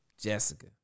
Jessica